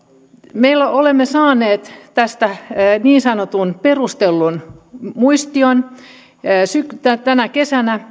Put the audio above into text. me olemme saaneet tästä niin sanotun perustellun muistion tänä tänä kesänä